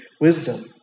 wisdom